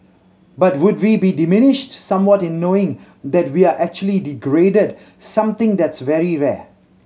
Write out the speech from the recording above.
but would we be diminished somewhat in knowing that we're actually degraded something that's very rare